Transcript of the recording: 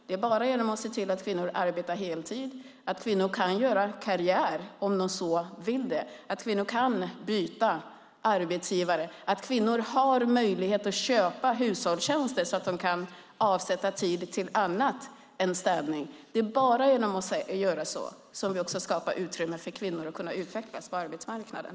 Det är bara genom att se till att kvinnor arbetar heltid, att kvinnor kan göra karriär om de vill, att kvinnor kan byta arbetsgivare och att kvinnor kan köpa hushållstjänster så att de kan avsätta tid till annat än städning som vi skapar utrymme för kvinnor att utvecklas på arbetsmarknaden.